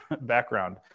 background